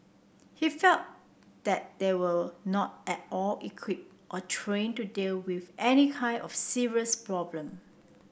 he felt that they were not at all equip or trained to dealt with any kind of serious problem